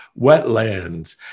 wetlands